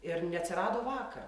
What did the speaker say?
ir neatsirado vakar